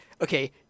okay